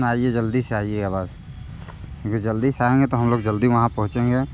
आइए जल्दी से आइएगा बस क्योंकि जल्दी से आएंगे तो हम लोग जल्दी से वहाँ पहुचेंगे